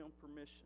permission